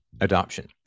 adoption